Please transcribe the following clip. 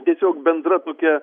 tiesiog bendra tokia